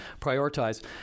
prioritize